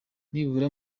nibura